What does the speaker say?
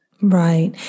Right